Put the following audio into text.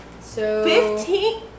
Fifteen